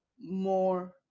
more